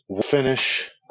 Finish